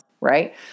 right